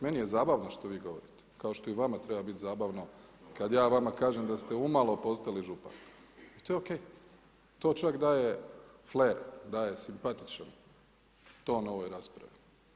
Meni je zabavno što vi govorite, kao što i vama treba bit zabavno kad ja vama kažem da ste umalo postali župan i to je o.k. To čak daje fler, daje simpatičnost toj novoj raspravi.